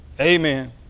Amen